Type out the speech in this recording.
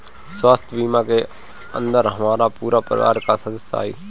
स्वास्थ्य बीमा के अंदर हमार पूरा परिवार का सदस्य आई?